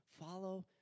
follow